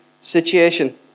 situation